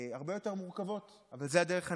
הוא הרבה יותר מורכב, אבל זו הדרך הנכונה.